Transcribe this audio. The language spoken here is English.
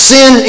Sin